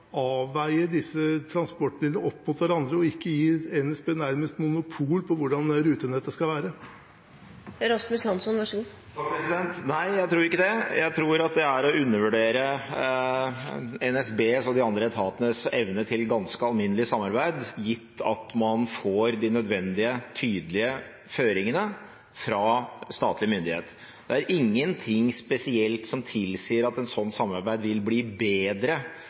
avveie disse transportmidlene opp mot hverandre, og ikke gi NSB nærmest monopol på hvordan rutenettet skal være? Nei, jeg tror ikke det, jeg tror det er å undervurdere NSBs og de andre etatenes evne til ganske alminnelig samarbeid, gitt at man får de nødvendige, tydelige føringene fra statlig myndighet. Det er ingenting spesielt som tilsier at et sånt samarbeid vil bli bedre